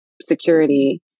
security